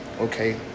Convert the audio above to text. okay